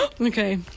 Okay